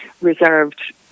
reserved